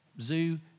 Zoo